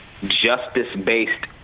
justice-based